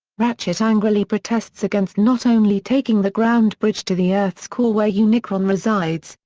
ratchet angrily protests against not only taking the groundbridge to the earth's core where unicron resides,